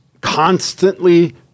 constantly